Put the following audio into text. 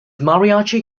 mariachi